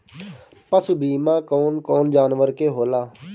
पशु बीमा कौन कौन जानवर के होला?